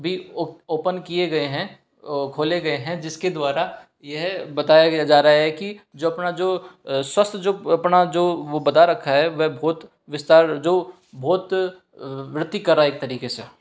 भी ओपन किए गए हैं खोले गए हैं जिसके द्वारा यह बताया गया जा रहा है कि जो अपना जो स्वस्थ जो अपना जो वो बता रखा है वह बहुत विस्तार जो बहुत वृद्धि कर रहा है एक तरीके से